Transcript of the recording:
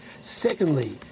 Secondly